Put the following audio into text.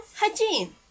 hygiene